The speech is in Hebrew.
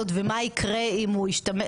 21 באוקטובר הפך להיות עכשיו.